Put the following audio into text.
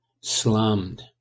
Slammed